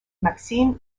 maxime